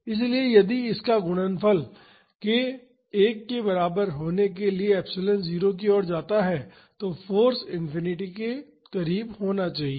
इसलिए यदि इसका गुणनफल के 1 के बराबर होने के लिए एप्सिलॉन 0 की ओर जाता है तो फाॅर्स इंफिनिटी के करीब होना चाहिए